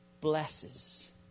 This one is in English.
blesses